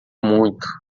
muito